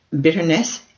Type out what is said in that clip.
bitterness